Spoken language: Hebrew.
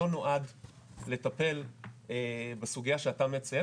לא נועד לטפל בסוגייה שאתה מציין,